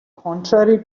contrary